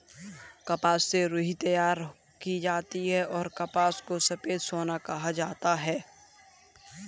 कपास से रुई तैयार की जाती हैंऔर कपास को सफेद सोना कहा जाता हैं